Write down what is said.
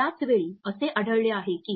त्याच वेळी असे आढळले आहे की